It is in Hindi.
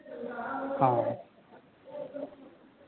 हाँ